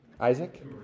Isaac